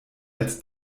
als